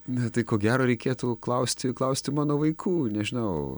na tai ko gero reikėtų klausti klausti mano vaikų nežinau